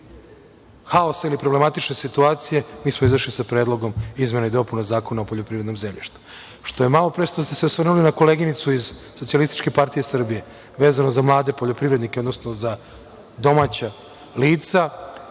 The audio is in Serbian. haosa ili problematične situacije, mi smo izašli sa predlogom izmena i dopuna Zakona o poljoprivrednom zemljištu, što je, malopre ste se osvrnuli na koleginicu iz SPS, vezano za mlade poljoprivrednike, odnosno za domaća lica,